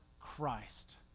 Christ